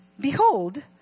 behold